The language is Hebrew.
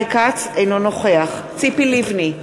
אינו נוכח ציפי לבני,